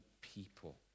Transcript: people